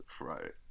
Right